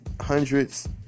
hundreds